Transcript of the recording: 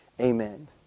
Amen